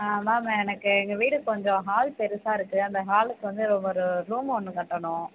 ஆ ma'am எனக்கு எங்கள் வீடு கொஞ்சம் ஹால் பெருசாக இருக்கு அந்த ஹாலுக்கு வந்து ஒரு ரூம்மு ஒன்று கட்டணும்